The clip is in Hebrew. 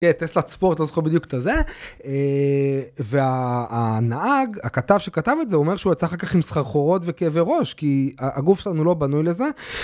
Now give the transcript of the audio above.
טסלת ספורט לא זוכר בדיוק את הזה והנהג הכתב שכתב את זה אומר שהוא יצא אחר כך עם סחרחורות וכאבי ראש כי הגוף שלנו לא בנוי לזה.